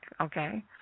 okay